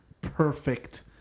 perfect